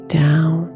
down